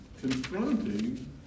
confronting